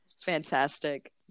Fantastic